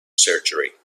surgery